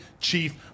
Chief